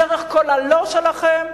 דרך כל ה"לא" שלכם,